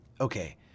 Okay